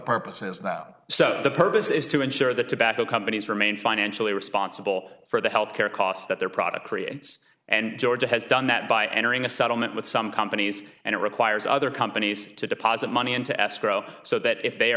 purpose is now so the purpose is to ensure that tobacco companies remain financially responsible for the health care costs that their product creates and georgia has done that by entering a settlement with some companies and it requires other companies to deposit money into escrow so that if they